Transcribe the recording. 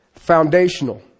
foundational